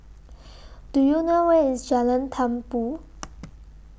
Do YOU know Where IS Jalan Tumpu